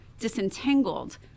disentangled